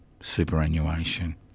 superannuation